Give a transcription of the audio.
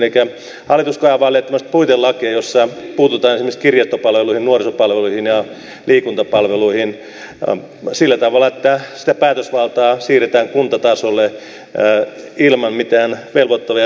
elikkä hallitus kaavailee tämmöistä puitelakia jossa puututaan esimerkiksi kirjastopalveluihin nuorisopalveluihin ja liikuntapalveluihin sillä tavalla että sitä päätösvaltaa siirretään kuntatasolle ilman mitään velvoittavia normeja